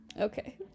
Okay